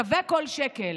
שווה כל שקל.